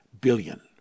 billion